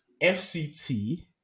FCT